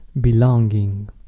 belonging